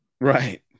Right